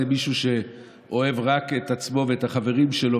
זה מישהו שאוהב רק את עצמו ואת החברים שלו,